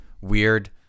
weird